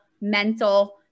mental